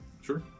Sure